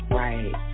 right